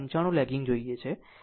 95 lagging જોઈએ છે